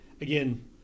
again